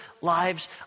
lives